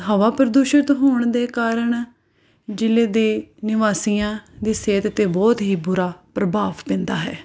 ਹਵਾ ਪ੍ਰਦੂਸ਼ਿਤ ਹੋਣ ਦੇ ਕਾਰਨ ਜ਼ਿਲ੍ਹੇ ਦੇ ਨਿਵਾਸੀਆਂ ਦੀ ਸਿਹਤ 'ਤੇ ਬਹੁਤ ਹੀ ਬੁਰਾ ਪ੍ਰਭਾਵ ਪੈਂਦਾ ਹੈ